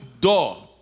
door